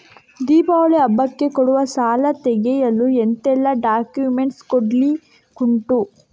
ದೀಪಾವಳಿ ಹಬ್ಬಕ್ಕೆ ಕೊಡುವ ಸಾಲ ತೆಗೆಯಲು ಎಂತೆಲ್ಲಾ ಡಾಕ್ಯುಮೆಂಟ್ಸ್ ಕೊಡ್ಲಿಕುಂಟು?